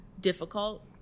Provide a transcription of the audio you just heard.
difficult